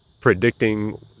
predicting